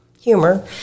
humor